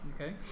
Okay